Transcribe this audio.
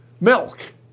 milk